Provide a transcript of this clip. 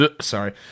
Sorry